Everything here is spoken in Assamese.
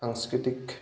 সাংস্কৃতিক